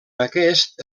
aquest